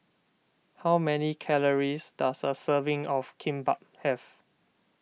how many calories does a serving of Kimbap have